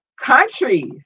countries